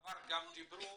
בעבר גם דיברו.